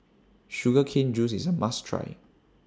Sugar Cane Juice IS A must Try